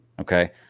okay